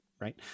right